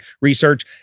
research